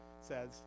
says